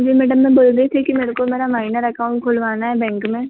जी madam मैं बोल रही थी कि मेरे को मेरा माइनर अकाउंट खुलवाना है बैंक में